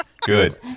Good